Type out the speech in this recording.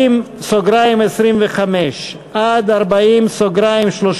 40(25) עד 40(31),